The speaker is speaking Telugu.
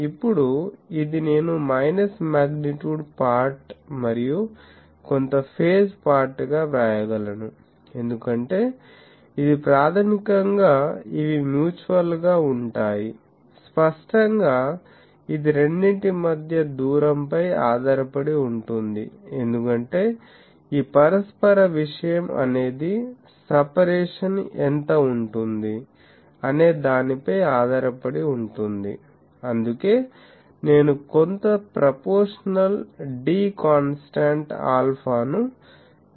ఇప్పుడు ఇది నేను మైనస్ మాగ్నిట్యూడ్ పార్ట్ మరియు కొంత ఫేజ్ పార్ట్ గా వ్రాయగలను ఎందుకంటే ఇది ప్రాథమికంగా ఇవి మ్యూచువల్ గా ఉంటాయి స్పష్టంగా ఇది రెండింటి మధ్య దూరం ఫై ఆధారపడి ఉంటుంది ఎందుకంటే ఈ పరస్పర విషయం అనేది సపరేషన్ ఎంత ఉంటుంది అనే దానిపై ఆధారపడి ఉంటుంది అందుకే నేను కొంత ప్రపోర్షనల్ dకాన్స్టాంట్ ఆల్ఫా ను తీసుకున్నాను